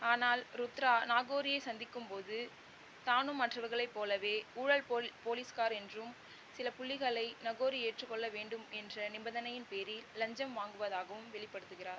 ஆனால் ருத்ரா நாகோரியைச் சந்திக்கும் போது தானும் மற்றவர்களைப் போலவே ஊழல் போல் போலீஸ்கார் என்றும் சில புள்ளிகளை நகோரி ஏற்றுக்கொள்ள வேண்டும் என்ற நிபந்தனையின் பேரில் லஞ்சம் வாங்குவதாகவும் வெளிப்படுத்துகிறார்